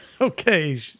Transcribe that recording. okay